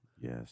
Yes